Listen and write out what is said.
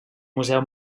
museu